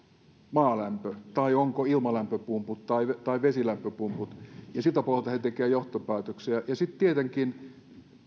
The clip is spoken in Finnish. maalämpö tai onko ilmalämpöpumput tai tai vesilämpöpumput ja siltä pohjalta he tekevät johtopäätöksiä ja sitten tietenkin